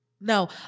no